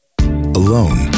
Alone